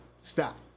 stop